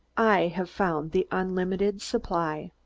i have found the unlimited supply.